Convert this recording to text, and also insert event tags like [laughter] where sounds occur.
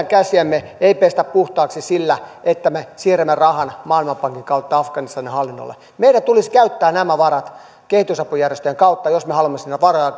[unintelligible] käsiämme ei pestä puhtaaksi sillä että me siirrämme rahan maailmanpankin kautta afganistanin hallinnolle meidän tulisi käyttää nämä varat kehitysapujärjestöjen kautta jos me haluamme sinne varoja [unintelligible]